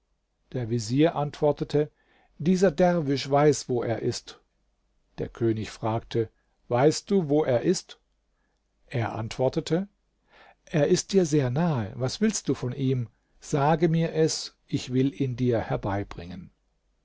der vezier antwortete dieser derwisch weiß wo er ist der könig fragte weißt du wo er ist er antwortete er ist dir sehr nahe was willst du von ihm sage mir es ich will ihn dir herbeibringen